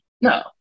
no